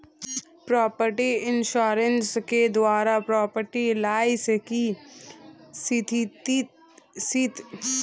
property insurance के द्वारा property loss की स्थिति में आर्थिक सहायता प्राप्त की जाती है